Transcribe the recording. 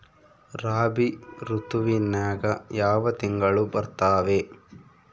ರಾಬಿ ಋತುವಿನ್ಯಾಗ ಯಾವ ತಿಂಗಳು ಬರ್ತಾವೆ?